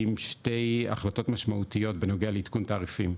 עם שתי החלטות משמעותיות בנוגע לעדכון תעריפים.